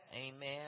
amen